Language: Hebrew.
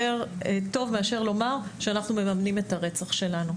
טוב מאשר לומר שאנחנו מממנים את הרצח שלנו.